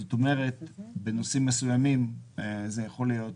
כלומר בנושאים מסוימים הוא יכול להיות